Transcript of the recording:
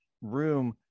room